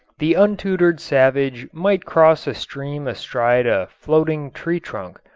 the untutored savage might cross a stream astride a floating tree trunk.